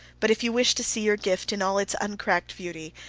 but if you wish to see your gift in all its uncracked beauty,